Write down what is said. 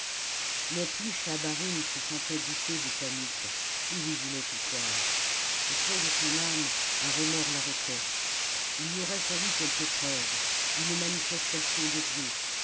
mais plus schahabarim se sentait douter de tanit plus il voulait y croire au fond de son âme un remords l'arrêtait il lui aurait fallu quelque preuve une manifestation des dieux